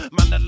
Man